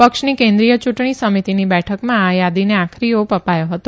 પક્ષની કેન્દ્રીય ચુંટણી સમિતિની બેઠકમાં આ યાદીને આખરી ઓપ અપાયો હતો